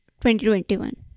2021